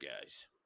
guys